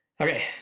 Okay